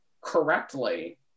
correctly